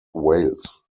wales